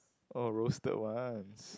oh roasted ones